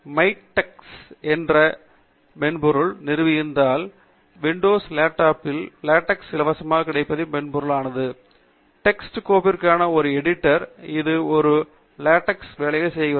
MiKTeX என்ற மென்பொருளை நிறுவியிருந்தால் விண்டோஸ் லேட்டெக்ஸ் க்காக இலவசமாக கிடைக்கும் மென்பொருளானது டெக்ஸ்ட் கோப்பிற்கான ஒரு எடிட்டர் இது ஒரு லேட்டெக்ஸ் வேலைகளை நிறுவுகிறது